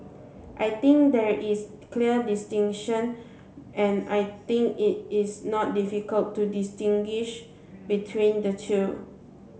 I think there is clear distinction and I think it is not difficult to distinguish between the two